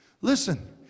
Listen